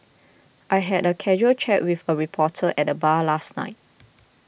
I had a casual chat with a reporter at the bar last night